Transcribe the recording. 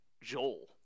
joel